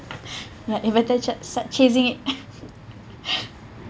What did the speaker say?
but you better st~ start chasing it